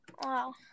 Wow